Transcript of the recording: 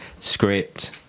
Script